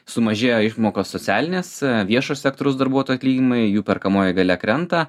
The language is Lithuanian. sumažėjo išmokos socialinės viešo sektoriaus darbuotojų atlyginimai jų perkamoji galia krenta